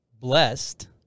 blessed